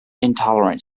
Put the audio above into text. intolerant